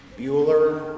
Bueller